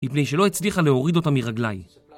מפני שלא הצליחה להוריד אותה מרגלי